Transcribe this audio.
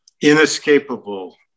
inescapable